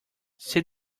see